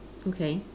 okay